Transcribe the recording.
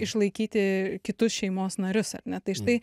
išlaikyti kitus šeimos narius ar ne tai štai